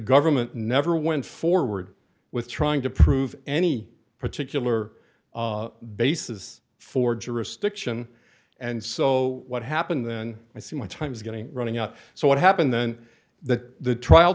government never went forward with trying to prove any particular basis for jurisdiction and so what happened then i see my time's getting running out so what happened then that the trial